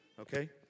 okay